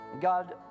God